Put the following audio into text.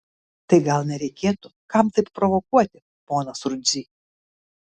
tai gal nereikėtų kam tai provokuoti ponas rudzy